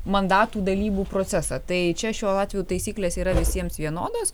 mandatų dalybų procesą tai čia šiuo atveju taisyklės yra visiems vienodos